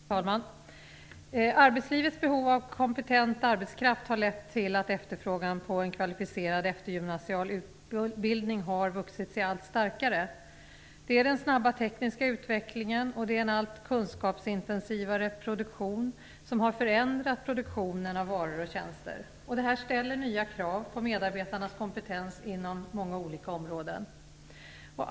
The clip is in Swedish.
Fru talman! Arbetslivets behov av kompetent arbetskraft har lett till att efterfrågan på en kvalificerad eftergymnasial utbildning har vuxit sig allt starkare. Det är den snabba tekniska utvecklingen och en allt kunskapsintensivare produktion som har förändrat produktionen av varor och tjänster. Detta ställer nya krav på medarbetarnas kompetens inom många olika områden.